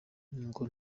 ngo